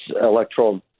electoral